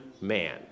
man